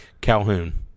Calhoun